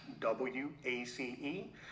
w-a-c-e